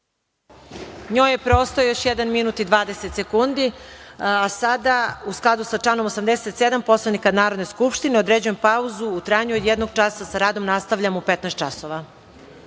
Njoj je preostao još jedan minut i 20 sekundi.U skladu sa članom 87. Poslovnika Narodne skupštine određujem pauzu u trajanju od jednog časa. Sa radom nastavljamo u 15.00 časova.(